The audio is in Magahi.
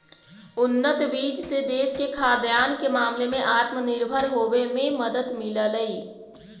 उन्नत बीज से देश के खाद्यान्न के मामले में आत्मनिर्भर होवे में मदद मिललई